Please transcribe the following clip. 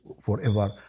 forever